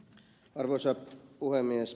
arvoisa puhemies